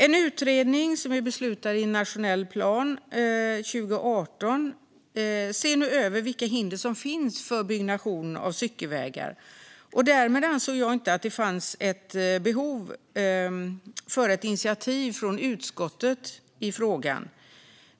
En utredning som vi beslutade om i den nationella planen 2018 ser nu över vilka hinder som finns för byggnation av cykelvägar. Därmed ansåg jag inte att det fanns behov av ett initiativ från utskottet i frågan.